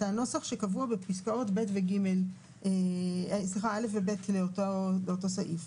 הנוסח שקבוע בפסקאות (א) ו(ב) לאותו סעיף.